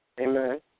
Amen